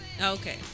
Okay